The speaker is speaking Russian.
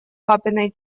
папиной